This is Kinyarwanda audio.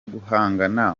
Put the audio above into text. guhangana